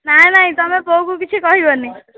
ନାଇ ନାଇ ତମେ ବୋଉ କୁ କିଛି କହିବନି